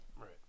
Right